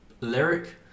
lyric